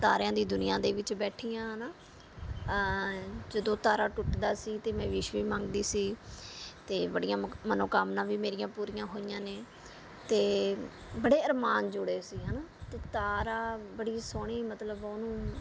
ਤਾਰਿਆਂ ਦੀ ਦੁਨੀਆਂ ਦੇ ਵਿੱਚ ਬੈਠੀ ਹਾਂ ਹੈ ਨਾ ਜਦੋਂ ਤਾਰਾ ਟੁੱਟਦਾ ਸੀ ਅਤੇ ਮੈਂ ਵਿਸ਼ ਵੀ ਮੰਗਦੀ ਸੀ ਅਤੇ ਬੜੀਆਂ ਮ ਮਨੋਕਾਮਨਾ ਵੀ ਮੇਰੀਆਂ ਪੂਰੀਆਂ ਹੋਈਆਂ ਨੇ ਅਤੇ ਬੜੇ ਅਰਮਾਨ ਜੁੜੇ ਸੀ ਹੈ ਨਾ ਅਤੇ ਤਾਰਾ ਬੜੀ ਸੋਹਣੀ ਮਤਲਬ ਉਹਨੂੰ